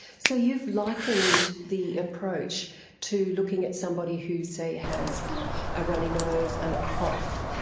so you've likened the approach to looking at somebody who, say, has a runny nose and a cough.